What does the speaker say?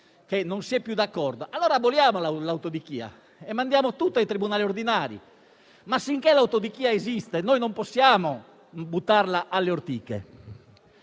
che non si è più d'accordo, allora aboliamo l'autodichia e mandiamo tutto ai tribunali ordinari. Finché l'autodichia esiste, non possiamo però buttarla alle ortiche.